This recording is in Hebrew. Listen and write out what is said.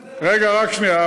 רגע, רק שנייה.